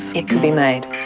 it could be made.